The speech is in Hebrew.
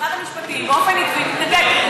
משרד המשפטים באופן עקבי מתנגד.